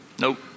nope